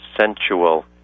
sensual